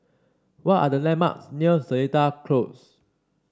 what are the landmarks near Seletar Close